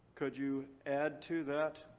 could you add to that.